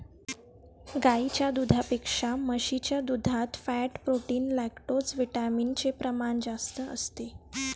गाईच्या दुधापेक्षा म्हशीच्या दुधात फॅट, प्रोटीन, लैक्टोजविटामिन चे प्रमाण जास्त असते